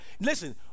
listen